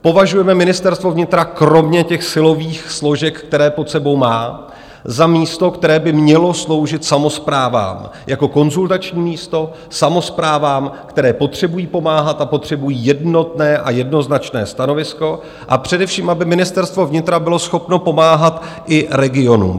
Považujeme Ministerstvo vnitra kromě těch silových složek, které pod sebou má, za místo, které by mělo sloužit samosprávám jako konzultační místo, samosprávám, které potřebují pomáhat a potřebují jednotné a jednoznačné stanovisko, a především aby Ministerstvo vnitra bylo schopno pomáhat i regionům.